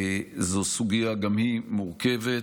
זו סוגיה שגם היא מורכבת.